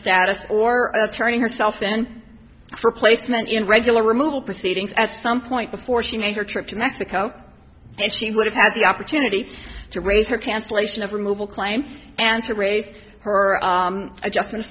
status or turning herself in for placement in regular removal proceedings at some point before she made her trip to mexico and she would have the opportunity to raise her cancellation of removal claim and to raise her adjustment